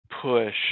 push